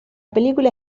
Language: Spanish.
película